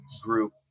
group